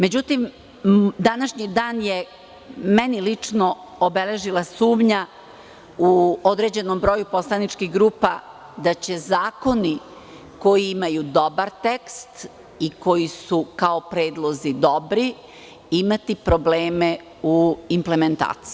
Međutim, današnji dan je meni lično obeležila sumnja u određenom broju poslaničkih grupa da će zakoni koji imaju dobar tekst i koji su kao predlozi dobri imati probleme u implementaciji.